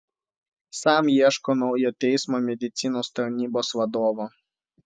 sam ieško naujo teismo medicinos tarnybos vadovo